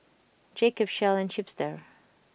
Jacob's Shell and Chipster